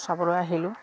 চাবলৈ আহিলোঁ